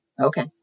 Okay